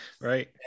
right